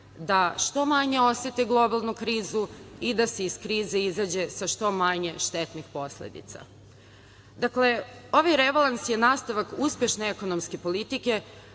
da što manje osete globalnu krizu i da se iz krize izađe sa što manje štetnih posledica. Dakle, ovaj rebalans je nastavak uspešne ekonomske politike,